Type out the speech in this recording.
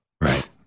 Right